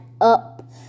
up